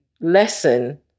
lesson